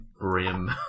brim